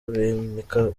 bimika